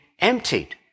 emptied